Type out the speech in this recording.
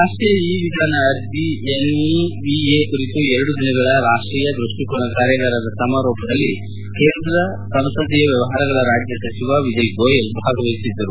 ರಾಷ್ಷೀಯ ಇ ವಿಧಾನ ಅರ್ಜಿ ಎನ್ಇವಿಎ ಕುರಿತು ಎರಡು ದಿನಗಳ ರಾಷ್ಷೀಯ ದ್ವಷ್ಣಿಕೋನ ಕಾರ್ಯಗಾರದ ಸಮರೋಪದಲ್ಲಿ ಕೇಂದ್ರ ಸಂಸದೀಯ ವ್ಚವಹಾರಗಳ ರಾಜ್ಯ ಸಚಿವ ವಿಜಯ್ ಗೋಯಲ್ ಭಾಗವಹಿಸಿದ್ದರು